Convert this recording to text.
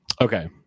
Okay